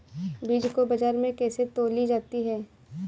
बीज को बाजार में कैसे तौली जाती है?